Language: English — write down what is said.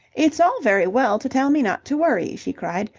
it's all very well to tell me not to worry, she cried.